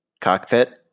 cockpit